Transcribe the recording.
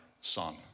son